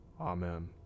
Amen